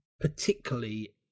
particularly